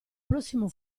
prossimo